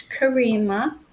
Karima